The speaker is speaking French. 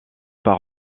par